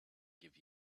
give